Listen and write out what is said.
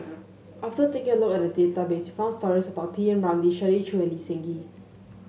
after taking a look at the database we found stories about P Ramlee Shirley Chew and Lee Seng Gee